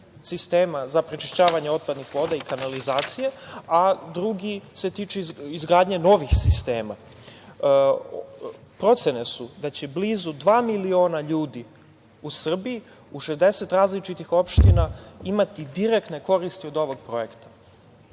sistema za prečišćavanje otpadnih voda i kanalizacije, a drugi se tiče izgradnje novih sistema. Procene su da će blizu dva miliona ljudi u Srbiji u 60 različitih opština imati direktne koristi od ovog projekta.